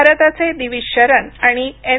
भारताचे दिवीज शरन आणि एन